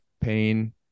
pain